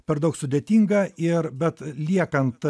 per daug sudėtinga ir bet liekant